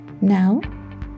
Now